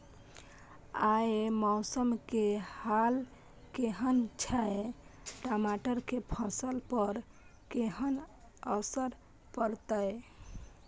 आय मौसम के हाल केहन छै टमाटर के फसल पर केहन असर परतै?